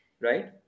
right